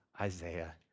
Isaiah